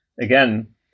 again